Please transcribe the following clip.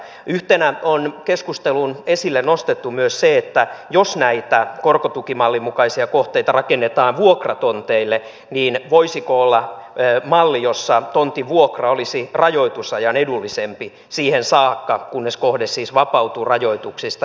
yhtenä on keskusteluun esille nostettu myös se että jos näitä korkotukimallin mukaisia kohteita rakennetaan vuokratonteille niin voisiko olla malli jossa tontin vuokra olisi rajoitusajan edullisempi siihen saakka kunnes kohde siis vapautuu rajoituksista